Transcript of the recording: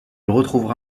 retrouvera